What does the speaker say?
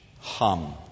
Hum